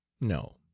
no